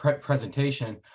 presentation